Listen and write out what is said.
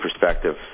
perspective